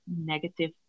negative